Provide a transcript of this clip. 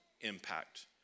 impact